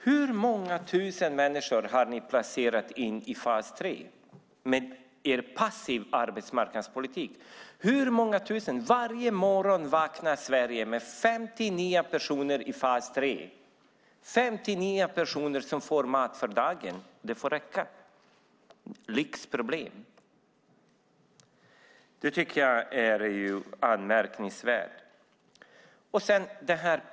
Hur många tusen människor har ni placerat in i fas 3 med er passiva arbetsmarknadspolitik? Varje morgon vaknar Sverige med 50 nya personer i fas 3. Det är 50 nya personer som får mat för dagen, och det får räcka med det. Jag tycker att det är anmärkningsvärt att man kallar detta för lyxproblem.